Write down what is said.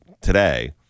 today